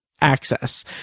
access